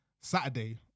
Saturday